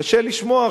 קשה לשמוע,